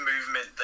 movement